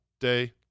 day